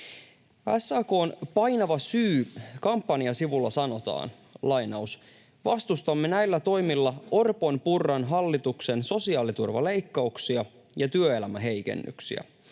SAK:n painava syy, kampanjan sivulla sanotaan: ”Vastustamme näillä toimilla Orpon—Purran hallituksen sosiaaliturvaleikkauksia ja työelämäheikennyksiä.”